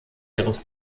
ihres